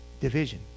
division